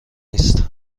نیست